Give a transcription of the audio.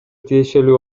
тиешелүү